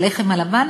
הלחם הלבן,